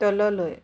তললৈ